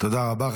תודה רבה.